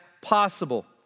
possible